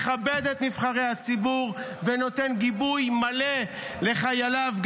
מכבד את נבחרי הציבור ונותן גיבוי מלא לחייליו,